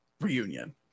Reunion